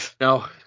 No